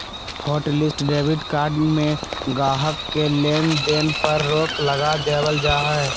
hotlist debit card में गाहक़ के लेन देन पर रोक लगा देबल जा हय